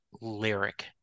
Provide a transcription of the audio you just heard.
lyric